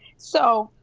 so,